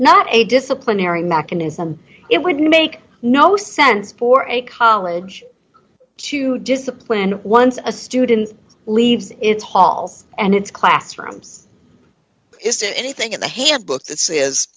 not a disciplinary mechanism it would make no sense for a college to discipline once a student leaves its halls and its classrooms is there anything in the handbook that says